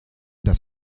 das